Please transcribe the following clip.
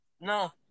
No